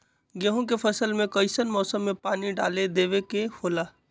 गेहूं के फसल में कइसन मौसम में पानी डालें देबे के होला?